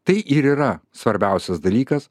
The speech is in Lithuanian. tai ir yra svarbiausias dalykas